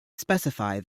specify